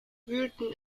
wühlten